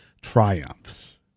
triumphs